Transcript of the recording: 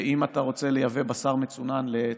אם אתה רוצה לייבא בשר מצונן לצרפת,